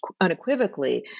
unequivocally